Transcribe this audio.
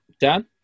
Dan